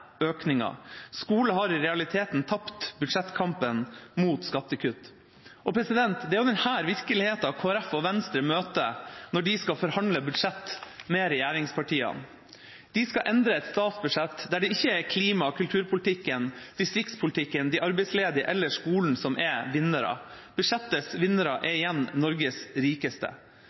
Skole har i realiteten tapt budsjettkampen mot skattekutt. Det er denne virkeligheten Kristelig Folkeparti og Venstre møter når de skal forhandle budsjett med regjeringspartiene. De skal endre et statsbudsjett der det ikke er klimaet, kulturpolitikken, distriktspolitikken, de arbeidsledige eller skolen som er vinnere. Budsjettets vinnere er igjen Norges rikeste.